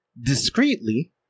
discreetly